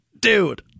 Dude